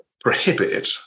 prohibit